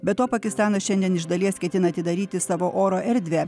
be to pakistanas šiandien iš dalies ketina atidaryti savo oro erdvę